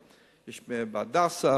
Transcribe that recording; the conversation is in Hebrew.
יש ב"הדסה",